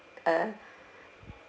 a